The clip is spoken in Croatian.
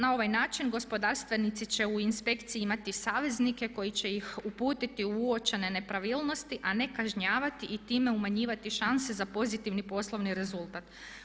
Na ovaj način gospodarstvenici će u inspekciji imati saveznike koji će ih uputiti u uočene nepravilnosti a ne kažnjavati i time umanjivati šanse za pozitivni poslovni rezultat.